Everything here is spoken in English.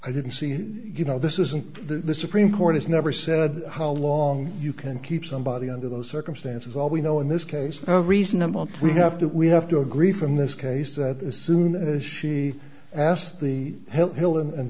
i didn't see you know this isn't the supreme court has never said how long you can keep somebody under those circumstances all we know in this case are reasonable we have to we have to agree from this case that as soon as she asked the